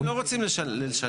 אנשים לא רוצים לשלם.